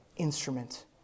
instrument